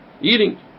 eating